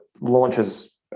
launches